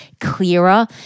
clearer